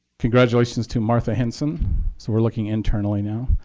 congratulations to martha hinson. so we're looking internally now.